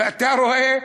אתה אומר: